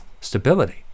stability